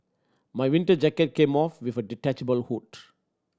my winter jacket came off with a detachable hood